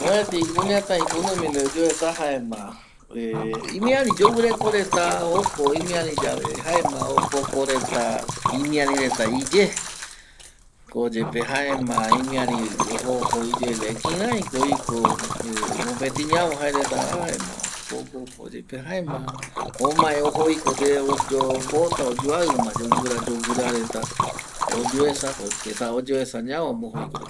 Mopeti kuñatai kunumi ndie oyoesa jaema imiari yoguireko reta ojo imiari yave jaema opoko reta imiari reta iye, koyepe jaema imiari ojo ojo iye yae kiraiko mopeti ñavo jae reta va jaema opoko koyepe jaema omae ojo oiko, oyopota oyoaiuma yoguira yoguira reta oyoesa porque esa oyoesa ñavo ma ojo oiko reta